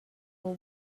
will